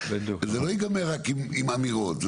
זה לא ייגמר רק עם אמירות.